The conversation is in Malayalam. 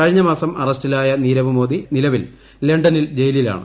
കഴിഞ്ഞ മാസം അറസ്റ്റിലായ നിരവ് മോദി നിലവിൽ ലണ്ടനിൽ ജയിലിലാണ്